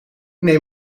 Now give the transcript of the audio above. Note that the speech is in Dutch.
neem